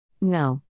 No